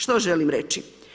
Što želim reći?